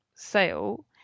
Sale